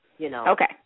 Okay